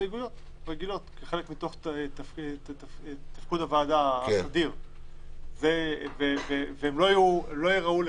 כחלק מהתפקוד הסדיר של הוועדה, והן לא ייראו לך,